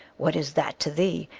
what is that to thee,